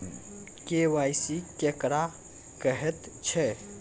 KYC केकरा कहैत छै?